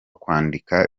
kwandika